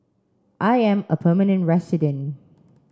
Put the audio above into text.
I am a permanent resident